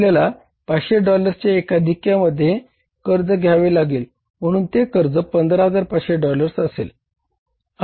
आपल्याला 500 डॉलर्सच्या एकाधिक्यामध्ये मध्ये कर्ज घ्यावे लागेल म्हणून ते कर्ज 15500 डॉलर्सचे असेल